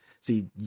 see